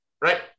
right